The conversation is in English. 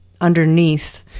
underneath